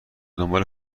دنبال